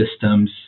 systems